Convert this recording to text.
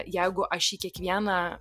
jeigu aš į kiekvieną